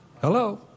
Hello